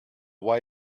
why